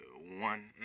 one